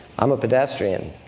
i'm a pedestrian.